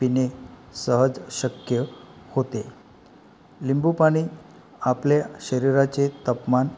पिणे सहज शक्य होते लिंबू पाणी आपल्या शरीराचे तापमान